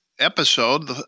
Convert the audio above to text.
episode